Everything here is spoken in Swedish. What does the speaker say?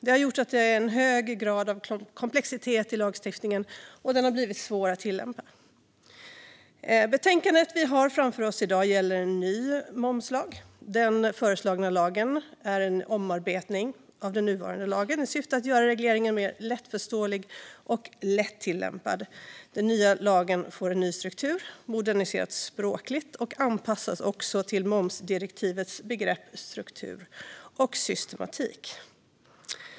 Det har gjort att det är en hög grad av komplexitet i lagstiftningen, och den har blivit svår att tillämpa. Betänkandet som vi har framför oss i dag gäller en ny momslag. Den föreslagna lagen är en omarbetning av nuvarande lag i syfte att göra regleringen mer lättförståelig och lättillämpad. Den nya lagen får en ny struktur, moderniseras språkligt och anpassas också till momsdirektivets begrepp, struktur och systematik.